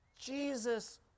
Jesus